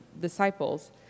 disciples